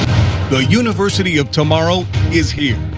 the university of tomorrow is here.